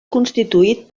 constituït